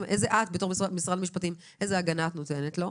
את, בתור משרד המשפטים, איזה הגנה את נותנת לו?